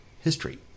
history